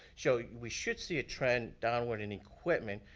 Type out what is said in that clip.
so, we should see a trend downward in equipment,